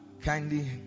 kindly